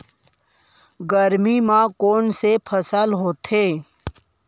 गरमी मा कोन से फसल होथे?